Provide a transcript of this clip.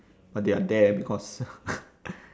but they are there because